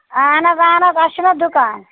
اَہَن حظ اَہَن حظ اَسہِ چھُناہ دُکان